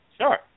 Sure